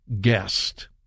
guest